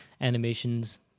animations